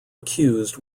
accused